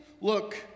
Look